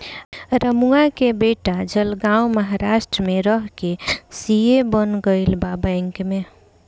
रमुआ के बेटा जलगांव महाराष्ट्र में रह के सी.ए बन गईल बा बैंक में